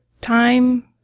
time